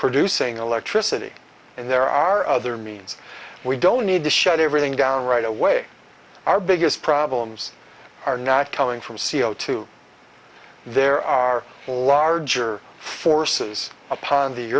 producing electricity and there are other means we don't need to shut everything down right away our biggest problems are not coming from c o two there are larger forces upon the